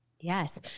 Yes